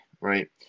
Right